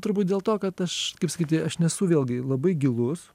turbūt dėl to kad aš kaip sakyti aš nesu vėlgi labai gilus